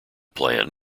plan